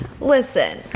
Listen